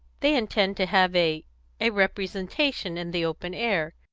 they intend to have a a representation, in the open air,